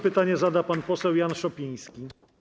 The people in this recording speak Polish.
Pytanie zada pan poseł Jan Szopiński.